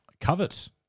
Covet